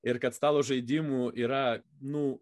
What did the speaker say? ir kad stalo žaidimų yra nu